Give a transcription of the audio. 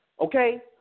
okay